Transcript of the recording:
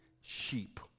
sheep